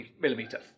millimeter